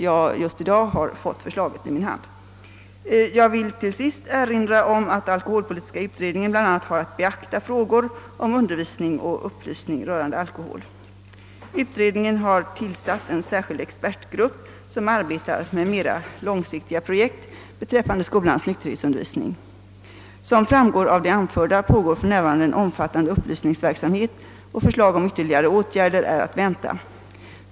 Jag vill till sist erinra om att alkoholpolitiska utredningen bl.a. har att beakta frågor om undervisning och upplysning rörande alkohol. Utredningen har tillsatt en särskild expertgrupp som arbetar med mera långsiktiga projekt beträffande skolans nykterhetsundervisning. Som framgår av det anförda pågår för närvarande en omfattande upplysningsverksamhet och förslag om ytterligare åtgärder är att vänta.